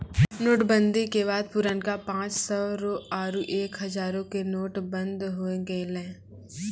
note बंदी के बाद पुरनका पांच सौ रो आरु एक हजारो के नोट बंद होय गेलै